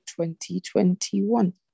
2021